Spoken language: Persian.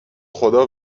خدا